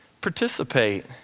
participate